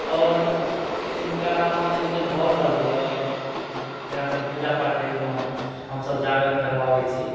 आओर नृत्यकलामे ई सब भऽ रहल यऽ जेना कोनो पूजा पाठ हय ओइमे हमसब जागरण करबाबै छी